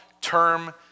term